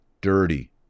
dirty